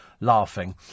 laughing